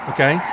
Okay